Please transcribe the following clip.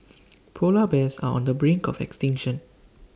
Polar Bears are on the brink of extinction